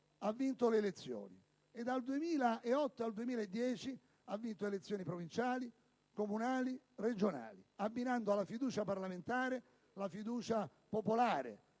ha vinto le elezioni. Dal 2008 al 2010 ha poi vinto elezioni provinciali, comunali, regionali, abbinando alla fiducia parlamentare una fiducia popolare,